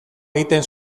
egiten